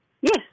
Yes